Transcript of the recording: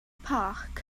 park